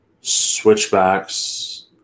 switchbacks